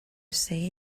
say